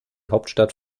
hauptstadt